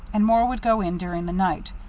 and more would go in during the night,